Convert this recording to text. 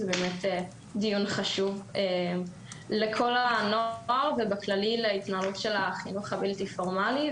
זה באמת דיון חשוב לכל הנוער ובנוגע להתנהלות של החינוך הבלתי פורמלי.